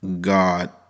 God